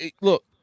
look